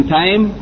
time